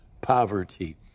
poverty